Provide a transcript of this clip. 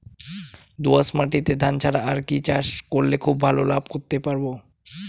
দোয়াস মাটিতে ধান ছাড়া আর কি চাষ করলে খুব ভাল লাভ করতে পারব?